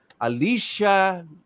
Alicia